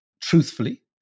truthfully